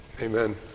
Amen